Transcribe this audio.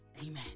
Amen